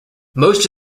most